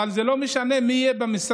אבל זה לא משנה מי יהיה במשרד,